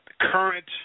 current